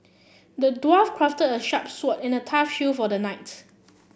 the dwarf crafted a sharp sword and a tough shield for the knight